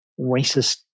racist